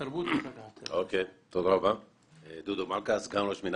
בתחרויות במסגרת אותו ענף ספורט